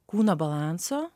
kūno balanso